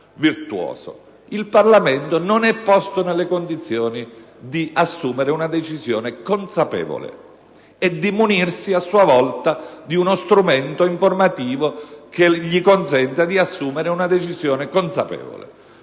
Il Parlamento non è posto nelle condizioni di assumere una decisione consapevole e di munirsi a sua volta di uno strumento informativo che gli consenta di assumere una decisione consapevole.